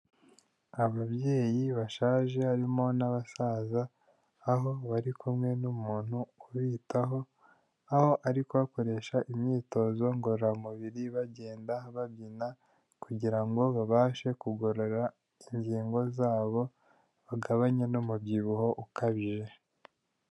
Ababyeyi bashaje harimo n'abasaza aho bari kumwe n'umuntu ubitaho, aho ari ku hakoresha imyitozo ngororamubiri bagenda babyina kugira ngo babashe kugorora ingingo zabo bagabanye n'umubyibuho ukabije.